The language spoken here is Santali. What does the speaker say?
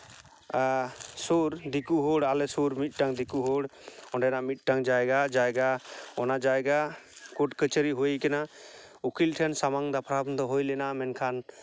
ᱥᱩᱨ ᱫᱤᱠᱩ ᱦᱚᱲ ᱟᱞᱮ ᱥᱩᱨ ᱢᱤᱫᱴᱟᱱ ᱫᱤᱠᱩ ᱦᱚᱲ ᱚᱸᱰᱮᱱᱟᱜ ᱢᱤᱫᱴᱟᱱ ᱡᱟᱭᱜᱟ ᱡᱟᱭᱜᱟ ᱚᱱᱟ ᱡᱟᱭᱜᱟ ᱠᱳᱴ ᱠᱟᱹᱪᱷᱟᱹᱨᱤ ᱦᱩᱭ ᱠᱟᱱᱟ ᱩᱠᱤᱞ ᱴᱷᱮᱱ ᱥᱟᱢᱟᱝ ᱫᱟᱯᱨᱟᱢ ᱫᱚ ᱦᱩᱭ ᱞᱮᱱᱟ ᱢᱮᱱᱠᱷᱟᱱ